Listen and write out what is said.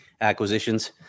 acquisitions